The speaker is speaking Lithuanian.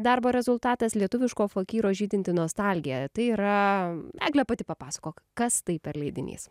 darbo rezultatas lietuviško fakyro žydinti nostalgija tai yra egle pati papasakok kas tai per leidinys